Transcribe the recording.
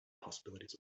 possibilities